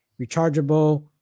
rechargeable